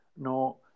No